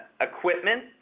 equipment